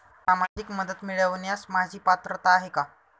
सामाजिक मदत मिळवण्यास माझी पात्रता आहे का?